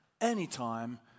anytime